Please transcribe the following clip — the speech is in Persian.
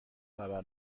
خبر